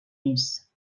més